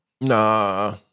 Nah